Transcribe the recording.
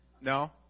No